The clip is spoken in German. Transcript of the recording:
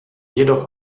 jedoch